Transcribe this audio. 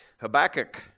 Habakkuk